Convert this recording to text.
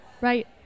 Right